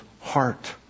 heart